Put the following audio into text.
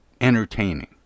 entertaining